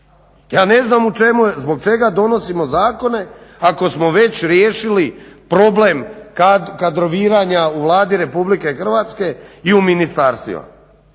u čemu je, zbog čega donosimo zakone ako smo već riješili problem kadroviranja u Vladi RH i u ministarstvima.